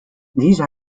these